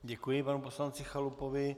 Děkuji panu poslanci Chalupovi.